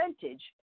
percentage